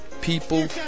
people